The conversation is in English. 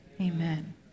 Amen